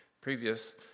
previous